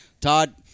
Todd